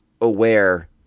aware